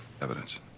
evidence